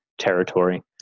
territory